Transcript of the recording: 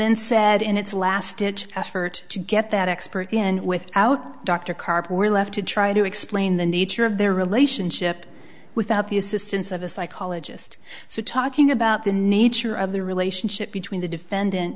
then said in its last ditch effort to get that expert in without dr karp we're left to try to explain the nature of their relationship without the assistance of a psychologist so talking about the nature of the relationship between the defendant